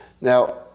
Now